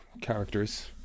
characters